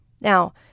Now